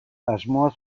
asmoa